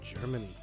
Germany